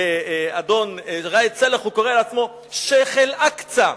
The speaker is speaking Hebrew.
אדון ראאד סלאח, הוא קורא לעצמו "שיח' אל-אקצא".